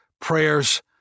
prayers